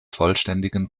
vollständigen